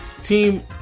Team